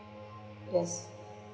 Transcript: yes